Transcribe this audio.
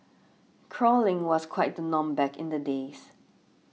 crawling was quite the norm back in the days